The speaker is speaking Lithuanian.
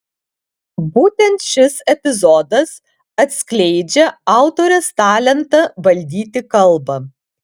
būtent šis epizodas atskleidžią autorės talentą valdyti kalbą